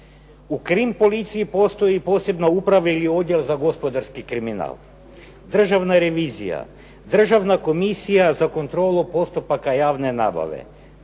u krim policiji postoji posebna uprava ili odjel za gospodarski kriminal, državna revizija, Državna komisija za kontrolu postupaka javne nabave,